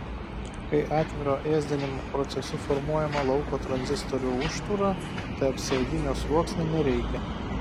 kai atviro ėsdinimo procesu formuojama lauko tranzistorių užtūra tai apsauginio sluoksnio nereikia